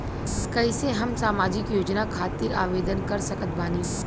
कैसे हम सामाजिक योजना खातिर आवेदन कर सकत बानी?